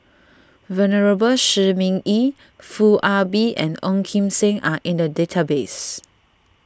Venerable Shi Ming Yi Foo Ah Bee and Ong Kim Seng are in the database